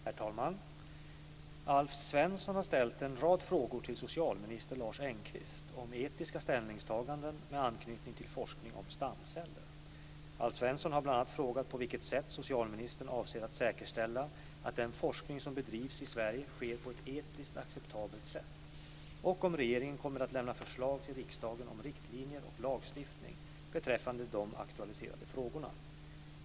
Herr talman! Alf Svensson har ställt en rad frågor till socialminister Lars Engqvist om etiska ställningstaganden med anknytning till forskning om stamceller. Alf Svensson har bl.a. frågat på vilket sätt socialministern avser säkerställa att den forskning som bedrivs i Sverige sker på ett etiskt acceptabelt sätt och om regeringen kommer att lämna förslag till riksdagen om riktlinjer och lagstiftning beträffande de aktualiserade frågorna.